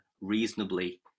reasonably